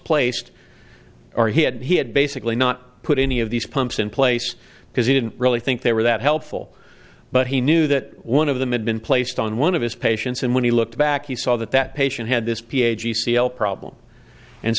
placed or he had he had basically not put any of these pumps in place because he didn't really think they were that helpful but he knew that one of the med been placed on one of his patients and when he looked back he saw that that patient had this p